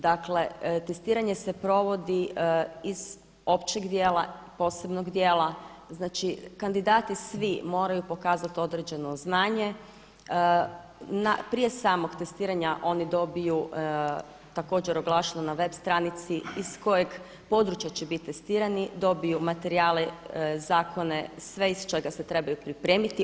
Dakle testiranje se provodi iz općeg dijela, posebnog dijela znači kandidati svi moraju pokazati određeno znanje, prije samog testiranja oni dobiju također oglašeno na web stranici iz kojeg područja će biti testirani, dobiju materijale, zakone sve iz čega se trebaju pripremiti.